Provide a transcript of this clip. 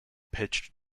pitched